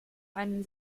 einem